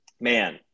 Man